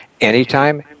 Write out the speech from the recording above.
anytime